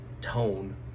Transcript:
tone